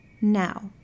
now